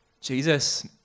Jesus